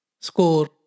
score